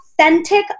authentic